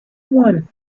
one